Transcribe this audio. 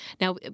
Now